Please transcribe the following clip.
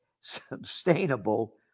sustainable